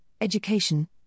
education